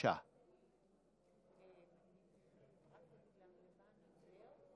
והאלה מהקואליציה,